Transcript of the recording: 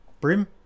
Brim